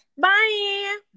Bye